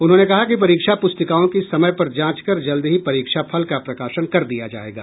उन्होंने कहा कि परीक्षा प्रस्तिकाओं की समय पर जांच कर जल्द ही परीक्षाफल का प्रकाशन कर दिया जाएगा